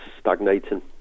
stagnating